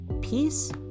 peace